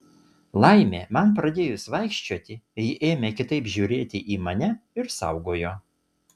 laimė man pradėjus vaikščioti ji ėmė kitaip žiūrėti į mane ir saugojo